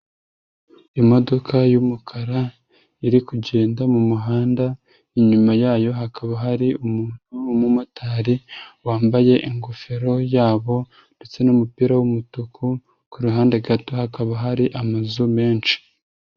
Imodoka y'umukara, iri kugenda mu muhanda, inyuma yayo hakaba hari umuntu w'umumotari, wambaye ingofero yabo ndetse n'umupira w'umutuku, ku ruhande gato hakaba hari amazu menshi.